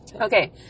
Okay